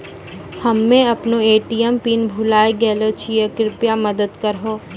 हम्मे अपनो ATM pin भुलाय गेलो छियै, कृपया मदत करहो